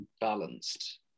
balanced